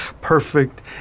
perfect